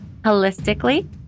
holistically